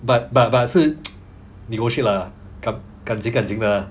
but but but 是 negotiate lah 感情感情 lah